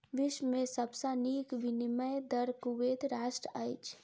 विश्व में सब सॅ नीक विनिमय दर कुवैत राष्ट्रक अछि